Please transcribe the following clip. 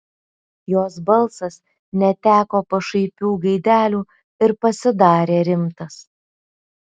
jos balsas neteko pašaipių gaidelių ir pasidarė rimtas